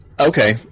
Okay